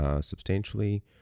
substantially